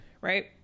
right